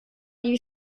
die